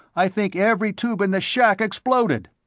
i think every tube in the shack exploded!